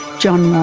john ah